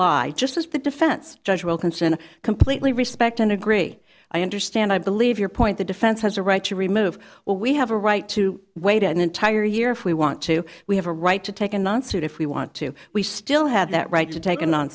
rely just as the defense judge wilkinson completely respect and agree i understand i believe your point the defense has a right to remove what we have a right to wait an entire year if we want to we have a right to take a non student we want to we still have that right to take